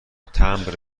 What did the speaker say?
تمبر